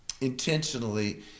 intentionally